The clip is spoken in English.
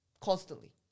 constantly